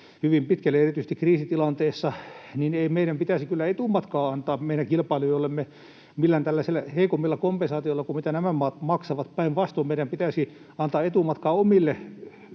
hyvin pitkälle, erityisesti kriisitilanteessa. Ei meidän pitäisi kyllä etumatkaa antaa meidän kilpailijoillemme millään tällaisilla heikoimmilla kompensaatioilla kuin mitä nämä maat maksavat. Päinvastoin, meidän pitäisi antaa etumatkaa omille